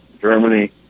Germany